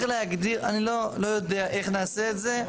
צריך להגדיר, אני לא יודע איך נעשה את זה.